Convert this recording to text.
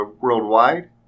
worldwide